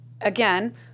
Again